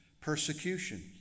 persecution